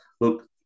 look